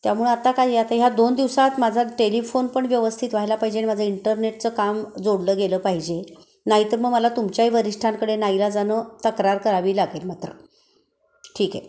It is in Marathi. त्यामुळं आता काही आता ह्या दोन दिवसात माझा टेलिफोन पण व्यवस्थित व्हायला पाहिजे आणि माझं इंटरनेटचं काम जोडलं गेलं पाहिजे नाहीतर मग मला तुमच्याही वरिष्ठांकडे नाईलाजानं तक्रार करावी लागेल मात्र ठीक आहे